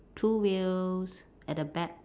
two wheels at the back